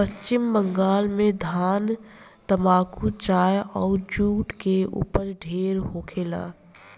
पश्चिम बंगाल में धान, तम्बाकू, चाय अउर जुट के ऊपज ढेरे होखेला